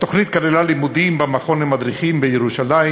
התוכנית כללה לימודים במכון למדריכים בירושלים,